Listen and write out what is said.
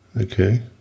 Okay